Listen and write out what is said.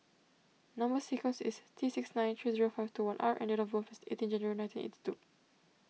Number Sequence is T six nine three zero five two one R and date of birth is eighteen January nineteen eighty two